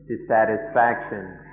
dissatisfaction